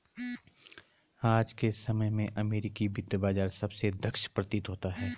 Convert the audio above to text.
आज के समय में अमेरिकी वित्त बाजार सबसे दक्ष प्रतीत होता है